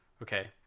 Okay